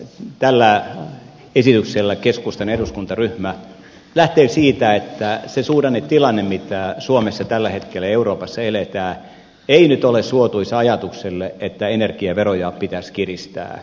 tällä esityksellä keskustan eduskuntaryhmä lähtee siitä että se suhdannetilanne jota suomessa ja euroopassa tällä hetkellä eletään ei nyt ole suotuisa ajatukselle että energiaveroja pitäisi kiristää